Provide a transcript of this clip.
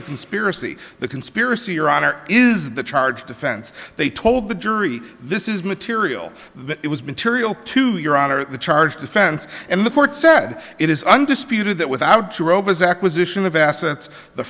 the conspiracy the conspiracy your honor is the charge defense they told the jury this is material that it was material to your honor the charge defense and the court said it is undisputed that without drovers acquisition of assets the